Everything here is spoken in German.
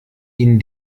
ihnen